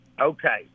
Okay